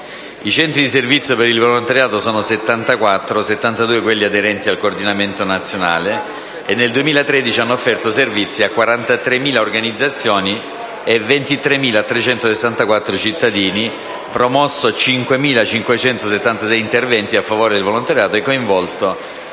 I centri di servizio per il volontariato sono 74 (72 quelli aderenti al coordinamento nazionale) e nel 2013 hanno offerto servizi a 43.000 organizzazioni e 23.364 cittadini, promosso 5.576 interventi a favore del volontariato e coinvolto